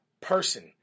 person